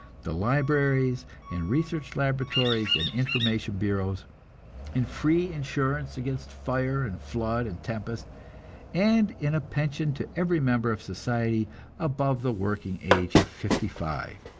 the libraries and research laboratories and information bureaus in free insurance against fire and flood and tempest and in a pension to every member of society above the working age of fifty-five,